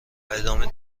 ادامه